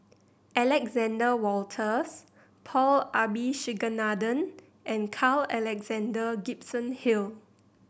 Alexander Wolters Paul Abisheganaden and Carl Alexander Gibson Hill